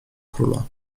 króla